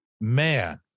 Man